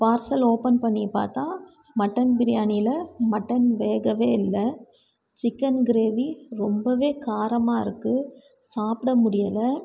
parcel open பண்ணி பார்த்தா mutton பிரியாணியில் மட்டன் வேகவே இல்லை சிக்கன் க்ரேவி ரொம்பவே காரமாக இருக்குது சாப்பிட முடியலை